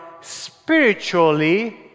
spiritually